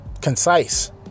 concise